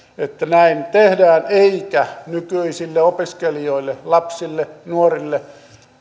että näin tehdään eikä nykyisille opiskelijoille lapsille nuorille